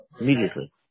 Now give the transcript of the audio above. Immediately